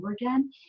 again